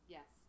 Yes